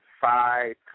five